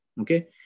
Okay